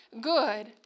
good